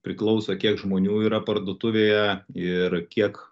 priklauso kiek žmonių yra parduotuvėje ir kiek